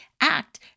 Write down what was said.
act